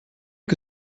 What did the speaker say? que